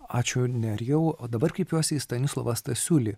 ačiū nerijau o dabar kreipiuosi į stanislovą stasiulį